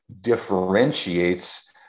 differentiates